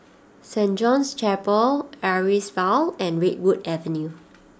Saint John's Chapel Amaryllis Ville and Redwood Avenue